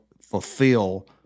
fulfill